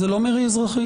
זה לא מרי אזרחי.